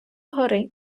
гори